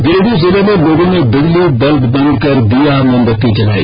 गिरिडीह जिले में लोगों ने बिजली बल्ब बन्द कर दीया मोमबत्ती जलाई